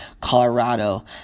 Colorado